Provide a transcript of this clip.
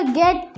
get